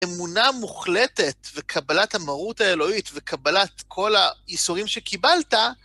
אמונה מוחלטת, וקבלת המרות האלוהית, וקבלת כל האיסורים שקיבלת,